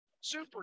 super